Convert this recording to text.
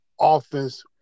offense